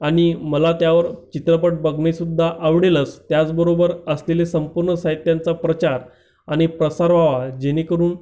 आणि मला त्यावर चित्रपट बघणेसुद्धा आवडेलच त्याचबरोबर असलेले संपूर्ण साहित्यांचा प्रचार आणि प्रसार व्हावा जेणेकरून